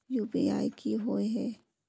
UPI की होय है?